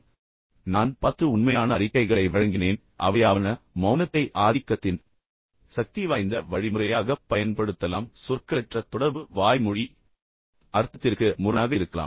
நான் வேண்டுமென்றே பத்து உண்மையான அறிக்கைகளை வழங்கினேன் அவையாவன மௌனத்தை ஆதிக்கத்தின் சக்திவாய்ந்த வழிமுறையாகப் பயன்படுத்தலாம் சொற்களற்ற தொடர்பு வாய்மொழி அர்த்தத்திற்கு முரணாக இருக்கலாம்